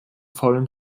faulen